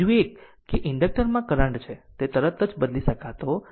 બીજું એક કે ઇન્ડક્ટર માં કરંટ છે તે તરત જ બદલી શકતો નથી